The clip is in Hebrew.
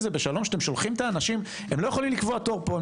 שאתם שולחים את האנשים הם לא יכולים לקבוע תור פה,